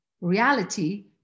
reality